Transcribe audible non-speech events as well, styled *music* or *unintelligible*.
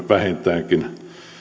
*unintelligible* vähintäänkin